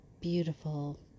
beautiful